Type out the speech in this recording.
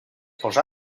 posà